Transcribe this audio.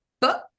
book